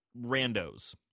randos